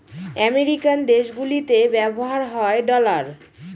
American দেশগুলিতে ব্যবহার হয় ডলার